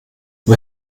wir